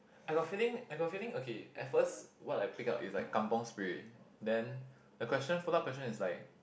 I got feeling I got feeling okay at first what I pick up is like kampung Spirit then the question followed up question is like